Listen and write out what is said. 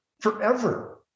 forever